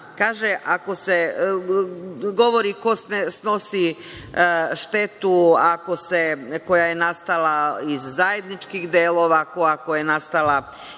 govori ko snosi štetu koja je nastala iz zajedničkih delova, ko ako je nastala iz